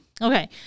Okay